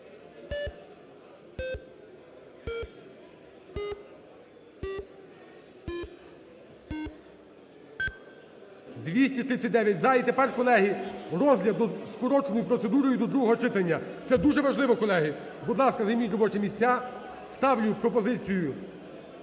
За-239 І тепер, колеги, розгляд за скороченою процедурою до другого читання це дуже важливо. Колеги, будь ласка, займіть робочі місця ставлю пропозицію